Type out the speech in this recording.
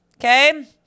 Okay